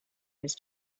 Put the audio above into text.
his